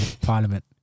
Parliament